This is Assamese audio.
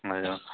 হয়